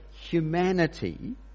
humanity